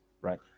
right